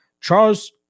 Charles